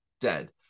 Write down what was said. dead